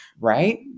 right